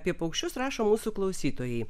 apie paukščius rašo mūsų klausytojai